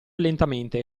lentamente